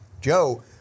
Joe